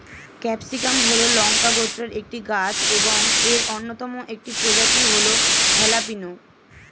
capsicum হল লঙ্কা গোত্রের একটি গাছ এবং এর অন্যতম একটি প্রজাতি হল হ্যালাপিনো